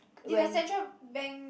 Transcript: did the Central Bank like